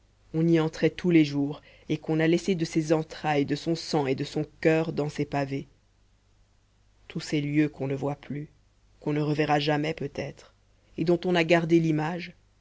on y entrait tous les jours et qu'on a laissé de ses entrailles de son sang et de son coeur dans ces pavés tous ces lieux qu'on ne voit plus qu'on ne reverra jamais peut-être et dont on a gardé l'image